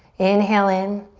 inhale in.